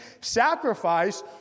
sacrifice